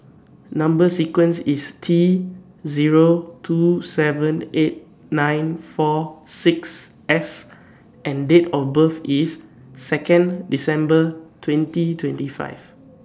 Number sequence IS T Zero two seven eight nine four six S and Date of birth IS Second December twenty twenty five